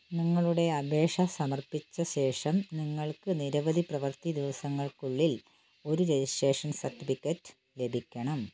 നിങ്ങളുടെ അപേക്ഷ സമർപ്പിച്ച ശേഷം നിങ്ങൾക്ക് നിരവധി പ്രവൃത്തി ദിവസങ്ങൾക്കുള്ളിൽ ഒരു രജിസ്ട്രേഷൻ സർട്ടിഫിക്കറ്റ് ലഭിക്കണം